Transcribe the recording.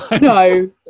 No